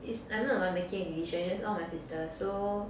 it's I'm not the one making the decision just all my sister so